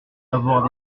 avoir